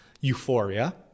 euphoria